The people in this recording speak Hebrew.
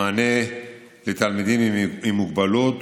המענה לתלמידים עם מוגבלות